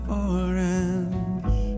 orange